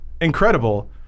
incredible